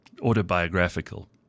autobiographical